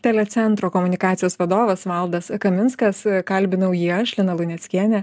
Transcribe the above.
telecentro komunikacijos vadovas valdas kaminskas kalbinau jį aš lina luneckienė